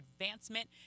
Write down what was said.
advancement